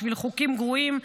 בשביל חוקים גרועים,